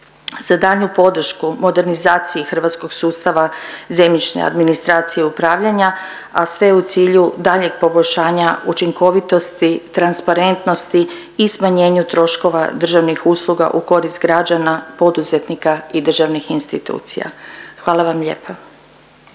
za daljnju podršku modernizaciji hrvatskog sustava zemljišne administracije i upravljanja, a sve u cilju daljnjeg poboljšanja učinkovitosti, transparentnosti i smanjenju troškova državnih usluga u korist građana, poduzetnika i državnih institucija. Hvala vam lijepa.